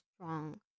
strong